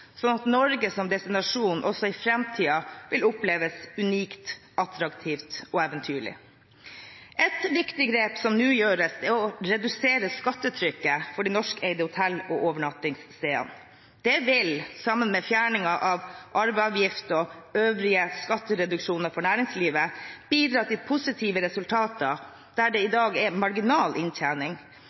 at Norge som destinasjon også i framtiden vil oppleves unikt, attraktivt og eventyrlig. Et viktig grep som nå gjøres, er å redusere skattetrykket for de norskeide hotellene og overnattingsstedene. Det vil, sammen med fjerningen av arveavgifter og øvrige skattereduksjoner for næringslivet, bidra til positive resultater der det i dag er marginal inntjening.